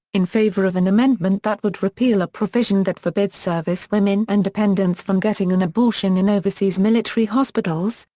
in favor of an amendment that would repeal a provision that forbids service women and dependents from getting an abortion in overseas military hospitals,